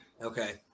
Okay